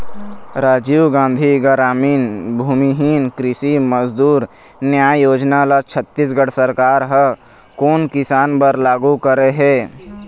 राजीव गांधी गरामीन भूमिहीन कृषि मजदूर न्याय योजना ल छत्तीसगढ़ सरकार ह कोन किसान बर लागू करे हे?